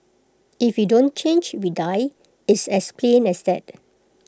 if we don't change we die it's as plain as that